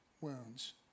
wounds